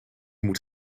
moet